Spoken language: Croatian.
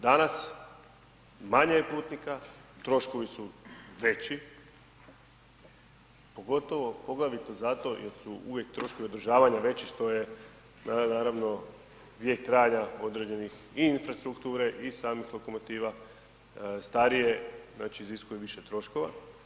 Danas manje je putnika, troškovi su veći poglavito zato jer su uvijek troškovi održavanja veći što je naravno vijek trajanja određenih i infrastrukture i samih lokomotiva starije znači iziskuje više troškova.